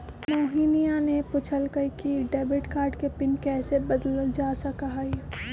मोहिनीया ने पूछल कई कि डेबिट कार्ड के पिन कैसे बदल्ल जा सका हई?